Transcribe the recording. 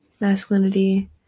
masculinity